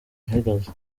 ihagaze